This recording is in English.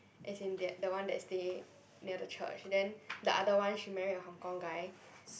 as in they the one that stay near the church then the other one she married a Hong Kong guy